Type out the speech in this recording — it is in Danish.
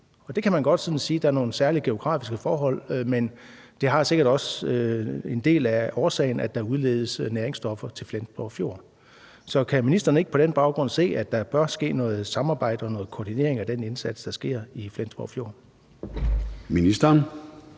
og man kan godt sige, at der er nogle særlige geografiske forhold, men en del af årsagen er sikkert også, at der udledes næringsstoffer til Flensborg Fjord. Så kan ministeren ikke på den baggrund se, at der bør ske noget samarbejde og noget koordinering af den indsats, der sker i Flensborg Fjord? Kl.